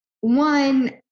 one